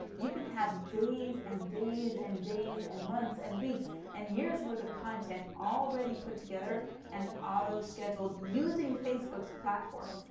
you can have days and days and days and months and weeks and years worth of content already put together and auto scheduled using facebook's platform.